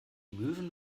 möwen